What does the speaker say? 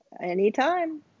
Anytime